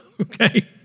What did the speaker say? okay